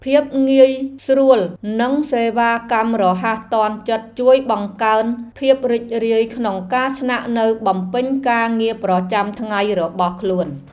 ភាពងាយស្រួលនិងសេវាកម្មរហ័សទាន់ចិត្តជួយបង្កើនភាពរីករាយក្នុងការស្នាក់នៅបំពេញការងារប្រចាំថ្ងៃរបស់ខ្លួន។